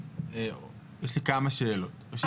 יש לי כמה שאלות.